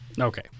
Okay